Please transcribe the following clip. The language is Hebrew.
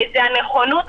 הנכונות,